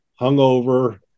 hungover